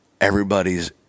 Everybody's